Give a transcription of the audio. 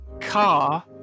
car